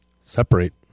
Separate